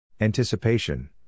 Anticipation